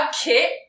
Kit